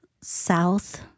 South